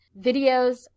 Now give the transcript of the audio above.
videos